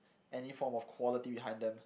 any form of quality behind them